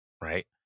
Right